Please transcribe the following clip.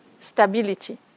stability